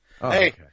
Hey